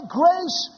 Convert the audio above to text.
grace